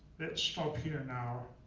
let's stop here now.